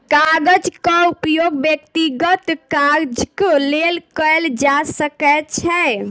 कागजक उपयोग व्यक्तिगत काजक लेल कयल जा सकै छै